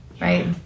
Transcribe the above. Right